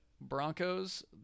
Broncos